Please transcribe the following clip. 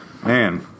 Man